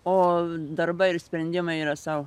o darbai ir sprendimai yra sau